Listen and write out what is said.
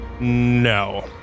no